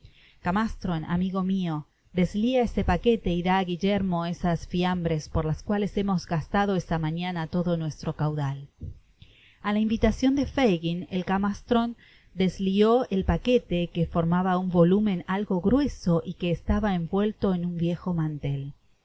camastron amigo mio deslia ese paquete y dá á guillermo esas fiambres por las cuales hemos gastado esa mañana todo nuestro caudal a la invitacion de fagin el camastron deslió el paquete que formaba un volumen algo grueso y que estaba envuelto en un viejo mantel